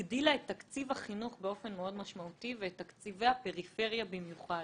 הגדילה את תקציב החינוך באופן מאוד משמעותי ואת תקציבי הפריפריה במיוחד.